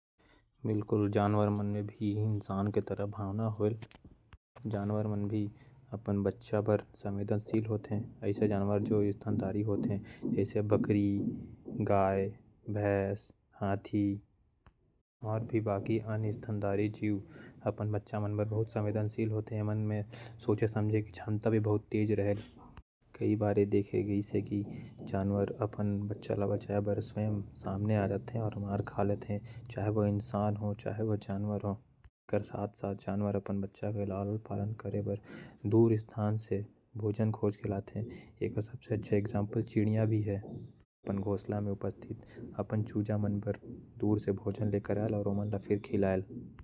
जानवर मन में भी भावना होयेल। आइसे जानवर जो स्तन धारी होते जैसे गाय, बकरी, हाथी। सोचे समझे के सकती बहुत होयेल। येमन अपन जानवर के रक्षा करे में बहुत आगे हो थे। जैसे पक्षी हर अपन चूजा मन बर दूर से खाना खोज के आयल।